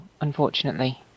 unfortunately